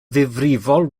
ddifrifol